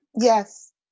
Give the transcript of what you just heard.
Yes